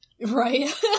Right